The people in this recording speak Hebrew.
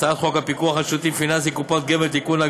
הצעת חוק הפיקוח על שירותים פיננסיים (קופות גמל) (תיקון,